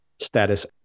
status